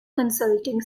consulting